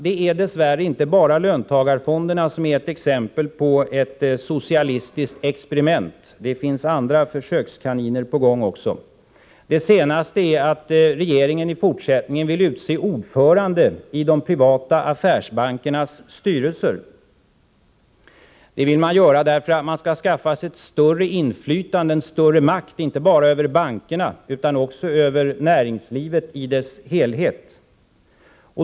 Det är dess värre inte bara löntagarfonderna som är ett exempel på ett socialistiskt experiment; det finns andra försökskaniner på gång också. Det senaste är att regeringen i fortsättningen vill utse ordförande i de privata affärsbankernas styrelser. Det vill man göra för att man skall skaffa sig ett större inflytande, en större makt inte bara över bankerna utan också över näringslivet i dess helhet.